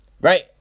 Right